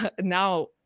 now